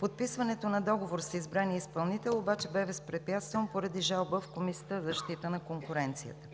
Подписването на договора с избрания изпълнител обаче бе възпрепятстван поради жалба в Комисията за защита на конкуренцията.